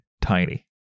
tiny